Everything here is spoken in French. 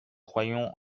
croyons